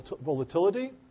volatility